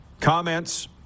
comments